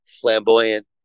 flamboyant